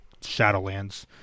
Shadowlands